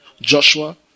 Joshua